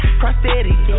prosthetic